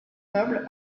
meuble